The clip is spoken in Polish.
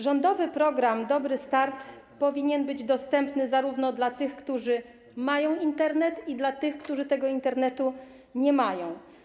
Rządowy program „Dobry start” powinien być dostępny zarówno dla tych, którzy mają Internet, jak i dla tych, którzy tego Internetu nie mają.